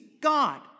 god